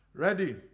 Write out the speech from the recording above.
Ready